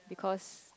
because